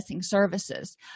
services